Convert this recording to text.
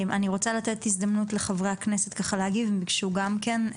אני רוצה לתת הזדמנות לחברי הכנסת להגיב על הדברים.